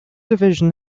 division